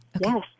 Yes